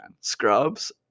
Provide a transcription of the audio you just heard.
Scrubs